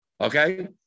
okay